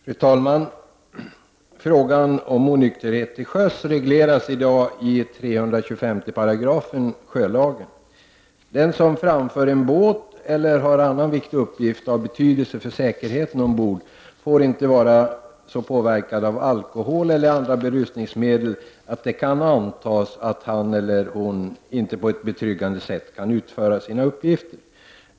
Fru talman! Frågan om onykterhet till sjöss regleras i dag i 325 § sjölagen. Den som framför en båt eller har annan viktig uppgift av betydelse för säkerheten ombord får inte vara så påverkad av alkohol eller andra berusningsmedel att det kan antas att han eller hon inte på ett betryggande sätt kan utföra sina uppgifter.